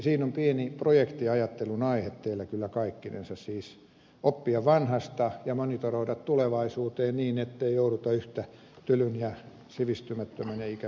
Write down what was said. siinä on pieni projektiajattelun aihe teillä kyllä kaikkinensa siis oppia vanhasta ja monitoroida tulevaisuuteen niin ettei jouduta yhtä tylyn ja sivistymättömän ja ikävän tilanteen eteen